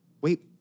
Wait